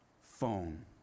phone